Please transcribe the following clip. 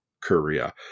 Korea